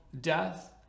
death